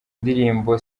indirimbo